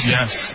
Yes